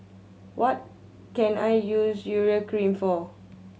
what can I use Urea Cream for